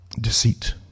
deceit